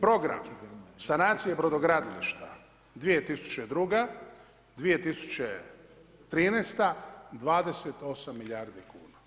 Program sanacije brodogradilišta 2002., 2013. 28 milijardi kuna.